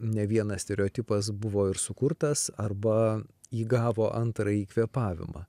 ne vienas stereotipas buvo ir sukurtas arba įgavo antrąjį kvėpavimą